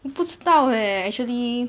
我不知道 leh actually